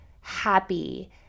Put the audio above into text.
happy